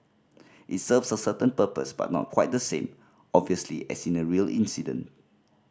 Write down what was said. it serves a certain purpose but not quite the same obviously as in a real incident